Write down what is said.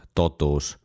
totuus